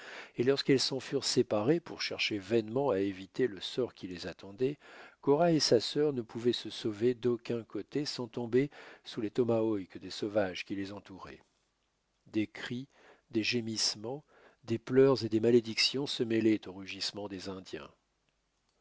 et lorsqu'elles s'en furent séparées pour chercher vainement à éviter le sort qui les attendait cora et sa sœur ne pouvaient se sauver d'aucun côté sans tomber sous les tomahawks des sauvages qui les entouraient des cris des gémissements des pleurs et des malédictions se mêlaient aux rugissements des indiens